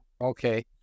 Okay